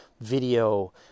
video